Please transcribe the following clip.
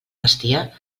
vestia